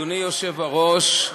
אדוני היושב-ראש,